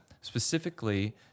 specifically